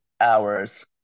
hours